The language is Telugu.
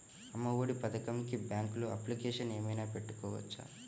అమ్మ ఒడి పథకంకి బ్యాంకులో అప్లికేషన్ ఏమైనా పెట్టుకోవచ్చా?